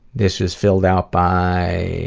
this is filled out by